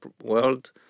world